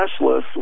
cashless